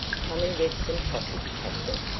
come and get some coffee, captain.